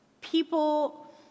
People